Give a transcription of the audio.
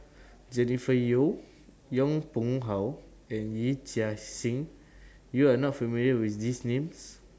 Jennifer Yeo Yong Pung How and Yee Chia Hsing YOU Are not familiar with These Names